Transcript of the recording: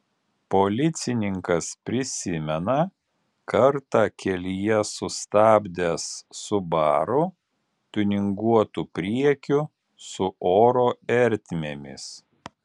policininkas prisimena kartą kelyje sustabdęs subaru tiuninguotu priekiu su oro ertmėmis